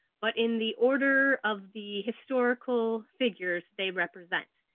but in the order of the historical figures they represent.